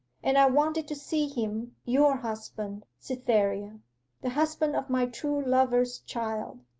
and i wanted to see him your husband, cytherea the husband of my true lover's child.